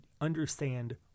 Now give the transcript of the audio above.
understand